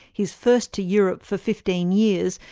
his first to europe for fifteen years,